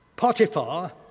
Potiphar